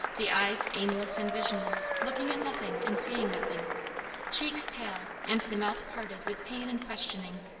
the eyes aimless and visionless, looking at nothing and seeing nothing cheeks pale, and the mouth parted with pain and questioning,